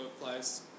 place